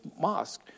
mosque